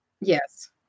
Yes